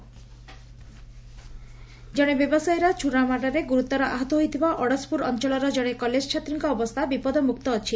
college ଛାତ୍ରୀ ଜଣେ ବ୍ୟବସାୟୀର ଛରାମାଡ଼ରେ ଗୁରୁତର ଆହତ ହୋଇଥିବା ଅଡ଼ଶପୁର ଅଞ୍ଞଳର ଜଣେ କଲେଜ ଛାତ୍ରୀଙ୍କ ଅବସ୍ଥା ବିପଦମୁକ୍ତ ଅଛି